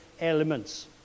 elements